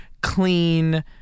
clean